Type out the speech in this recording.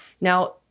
Now